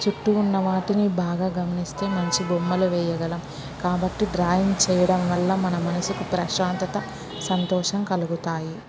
చుట్టూ ఉన్న వాటిని బాగా గమనిస్తే మంచి బొమ్మలు వెయ్యగలము కాబట్టి డ్రాయింగ్ చెయ్యడం వల్ల మన మనసుకు ప్రశాంతత సంతోషం కలుగుతాయి